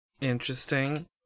Interesting